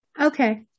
okay